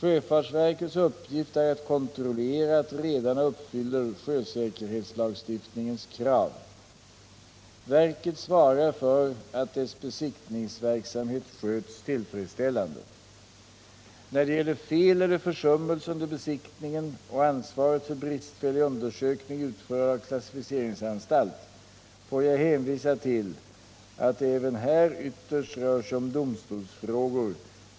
Sjöfartsverkets uppgift är att kontrollera att redarna uppfyller sjösäkerhetslagstiftningens krav. Verket svarar för att dess besiktningsverksamhet sköts tillfredsställande. När det gäller fel eller försummelse under besiktningen och ansvaret för bristfällig undersökning utförd av klassificeringsanstalt får jag hänvisa till att det även här ytterst rör sig om domstolsfrågor,